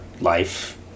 life